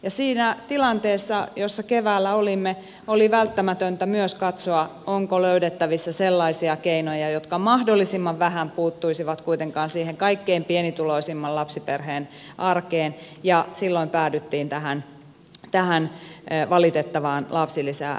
ja siinä tilanteessa jossa keväällä olimme oli välttämätöntä myös katsoa onko löydettävissä sellaisia keinoja jotka mahdollisimman vähän puuttuisivat kuitenkaan siihen kaikkein pienituloisimman lapsiperheen arkeen ja silloin päädyttiin tähän valitettavaan lapsilisäleikkaukseen